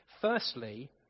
Firstly